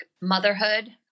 motherhood